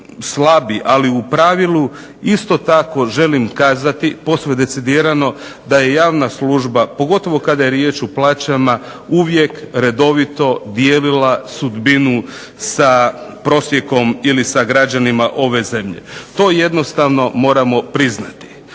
slabi, ali u pravilu isto tako želim kazati posve decidirano da je javna služba pogotovo kada je riječ o plaćama uvijek redovito dijelila sudbinu sa prosjekom ili sa građanima ove zemlje. To jednostavno moramo priznati.